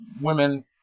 women